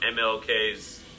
MLK's